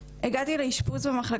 פגיעה עצמית על מגוון סוגיה ואובדנות.